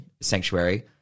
Sanctuary